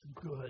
good